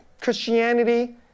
Christianity